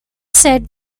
said